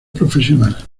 profesional